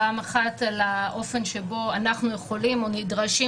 פעם אחת על האופן שבו אנחנו יכולים או נדרשים